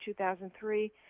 2003